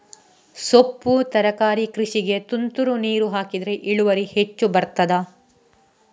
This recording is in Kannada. ಸೊಪ್ಪು ತರಕಾರಿ ಕೃಷಿಗೆ ತುಂತುರು ನೀರು ಹಾಕಿದ್ರೆ ಇಳುವರಿ ಹೆಚ್ಚು ಬರ್ತದ?